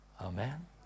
Amen